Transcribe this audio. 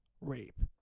rape